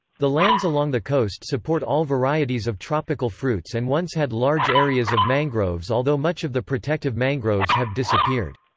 the lands along the coast support all varieties of tropical fruits and once had large areas of mangroves although much of the protective mangroves have disappeared.